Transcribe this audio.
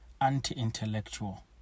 anti-intellectual